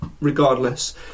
regardless